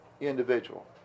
individual